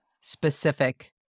specific